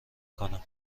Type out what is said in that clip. کنم